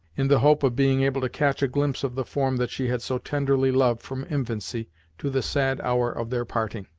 in the hope of being able to catch a glimpse of the form that she had so tenderly loved from infancy to the sad hour of their parting.